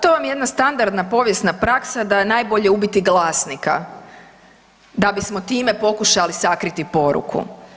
Pa to vam je jedna standardna povijesna praksa da je najbolje ubiti glasnika da bismo time pokušali sakriti poruku.